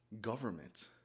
government